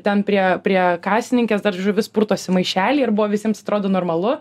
ten prie prie kasininkės dar žuvis purtosi maišely ir buvo visiems atrodo normalu